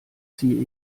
ziehe